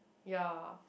ya